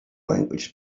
language